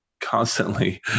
constantly